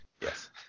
Yes